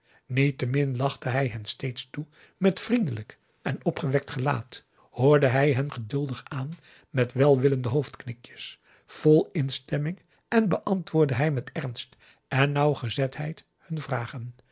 niettemin lachte hij hen steeds toe met vriendelijk en opgewekt gelaat hoorde hij hen geduldig aan met welwillende hoofdknikjes vol instemming en beantwoordde hij met ernst en nauwgezetheid hun vragen